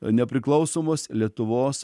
nepriklausomos lietuvos